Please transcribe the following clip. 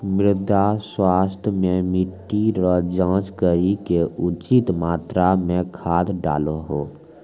मृदा स्वास्थ्य मे मिट्टी रो जाँच करी के उचित मात्रा मे खाद डालहो